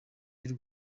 y’u